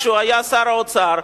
כשהוא היה שר האוצר,